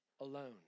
alone